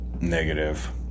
Negative